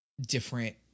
different